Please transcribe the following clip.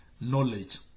knowledge